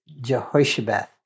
Jehoshabeth